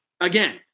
again